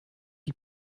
die